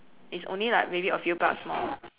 is only like maybe a few bucks more